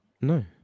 no